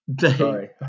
Sorry